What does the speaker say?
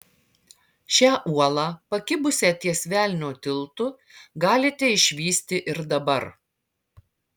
šią uolą pakibusią ties velnio tiltu galite išvysti ir dabar